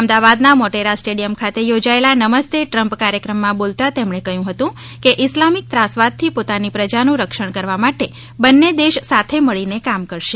અમદાવાદ ના મોટેરા સ્ટેડિયમ ખાતે યોજાયેલા નમસ્તે ટ્રમ્પ કાર્યક્રમ માં બોલતા તેમણે કહ્યું હતું કે ઈસ્લામિક ત્રાસવાદ થી પોતાની પ્રજાનું રક્ષણ કરવા માટે બંને દેશ સાથે મળી ને કામ કરશે